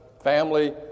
family